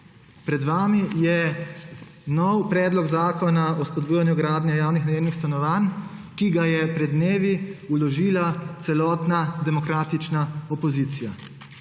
Pred vami je nov predlog zakona o spodbujanju gradnje javnih najemnih stanovanj, ki ga je pred dnevi vložila celotna demokratična opozicija.